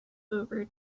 over